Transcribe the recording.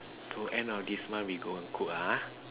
so end of this month we go cook ah